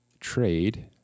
trade